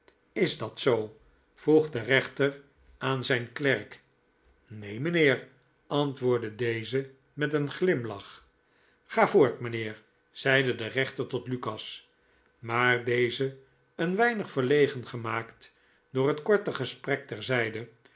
is dat zoo vroeg de reenter aan zijn klerk neen mijnheer antwoordde deze met een glimlach ga voort mijnheer zeide de rechter tot lukas maar deze een weinig verlegen gemaakt door het korte gesprek